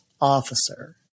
officer